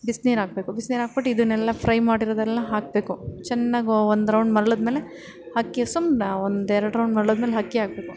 ಬಿಸಿನೀರು ಹಾಕಬೇಕು ಬಿಸ್ನೀರು ಹಾಕ್ಬಿಟ್ಟು ಇದನ್ನೆಲ್ಲ ಫ್ರೈ ಮಾಡಿರೋದೆಲ್ಲ ಹಾಕಬೇಕು ಚೆನ್ನಾಗೆ ಒಂದು ರೌಂಡ್ ಮರ್ಳಿದ್ಮೇಲೆ ಅಕ್ಕಿ ಸುಮ್ನೆ ಒಂದು ಎರಡು ರೌಂಡ್ ಮರ್ಳದ್ಮೇಲೆ ಅಕ್ಕಿ ಹಾಕ್ಬೇಕು